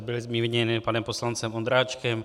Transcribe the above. Byly zmíněny panem poslancem Ondráčkem.